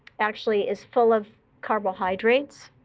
actually is full of carbohydrates.